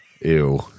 ew